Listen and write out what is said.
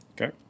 Okay